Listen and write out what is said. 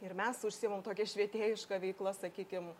ir mes užsiimam tokią švietėjiška veikla sakykim